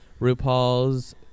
RuPaul's